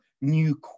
new